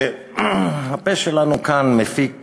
הפה שלנו כאן מפיק